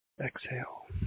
Exhale